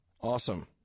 Awesome